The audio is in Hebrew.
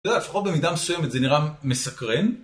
אתה יודע, לפחות במידה מסוימת זה נראה מסקרן